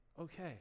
okay